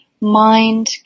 mind